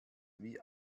wie